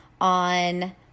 on